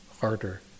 harder